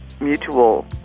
mutual